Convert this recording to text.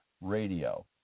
Radio